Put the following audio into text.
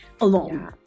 alone